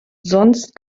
sonst